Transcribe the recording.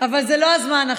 אבל זה לא הזמן עכשיו.